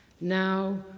Now